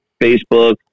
Facebook